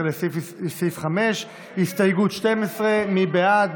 12, לסעיף 5. הסתייגות 12, מי בעד?